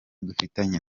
dufitanye